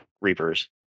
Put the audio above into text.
Reapers